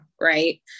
right